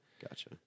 Gotcha